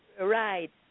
Right